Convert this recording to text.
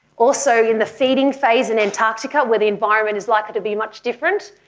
also in the feeding phase in antarctica where the environment is likely to be much different,